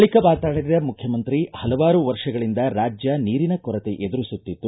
ಬಳಿಕ ಮಾತನಾಡಿದ ಮುಖ್ಯಮಂತ್ರಿ ಪಲವಾರು ವರ್ಷಗಳಿಂದ ರಾಜ್ಯ ನೀರಿನ ಕೊರತೆ ಎದುರಿಸುತ್ತಿತ್ತು